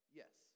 yes